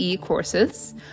courses